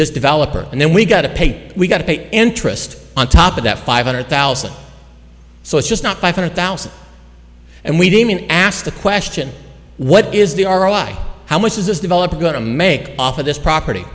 this developer and then we got to pay we got to pay interest on top of that five hundred thousand so it's just not five hundred thousand and we do mean ask the question what is the are like how much is this developer going to make off of this property